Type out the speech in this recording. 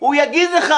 הוא יגיד לך